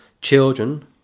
children